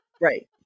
Right